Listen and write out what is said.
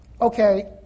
Okay